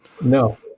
No